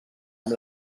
amb